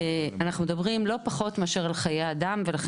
אנחנו מדברים לא פחות מאשר על חיי אדם ולכן